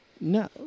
no